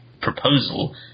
proposal